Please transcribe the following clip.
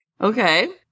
Okay